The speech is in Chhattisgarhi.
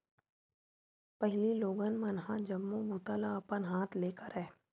पहिली लोगन मन ह जम्मो बूता ल अपन हाथ ले करय